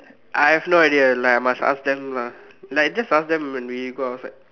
I have no idea like I must ask them lah like just ask them when we go outside